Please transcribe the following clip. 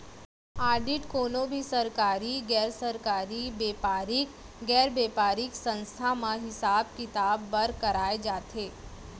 audit कोनो भी सरकारी, गैर सरकारी, बेपारिक, गैर बेपारिक संस्था म हिसाब किताब बर कराए जाथे